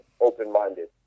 open-minded